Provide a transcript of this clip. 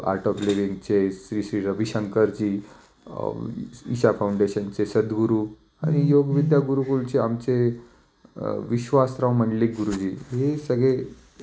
art of लिविंगचे श्री श्री रविशंकरजी ईशा फाऊंडेशनचे सदगुरू आणि योग विद्या गुरुकुलचे आमचे विश्वासराव मंडलिक गुरुजी हे सगळे